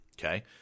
okay